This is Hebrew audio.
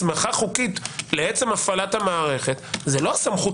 הסמכה חוקית לעצם הפעלת המערכת זה לא סמכות